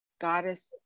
goddess